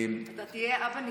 אתה תהיה אבא נפלא.